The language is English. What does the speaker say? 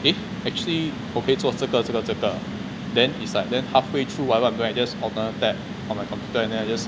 eh actually 我可以做这个这个这个 then it's like then halfway through I got new ideas open alternate tab on my computer and then I just